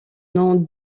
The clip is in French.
nom